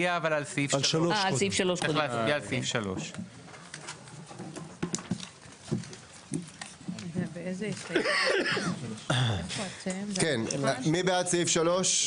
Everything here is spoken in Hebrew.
צריך להצביע קודם על סעיף 3. מי בעד סעיף 3?